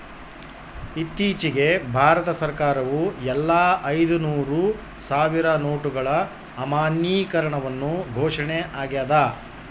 ಇತ್ತೀಚಿಗೆ ಭಾರತ ಸರ್ಕಾರವು ಎಲ್ಲಾ ಐದುನೂರು ಸಾವಿರ ನೋಟುಗಳ ಅಮಾನ್ಯೀಕರಣವನ್ನು ಘೋಷಣೆ ಆಗ್ಯಾದ